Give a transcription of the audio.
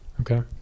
okay